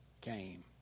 came